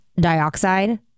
dioxide